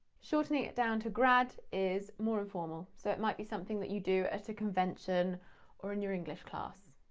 shortening it down to grad is more informal so it might be something that you do at a convention or in your english class.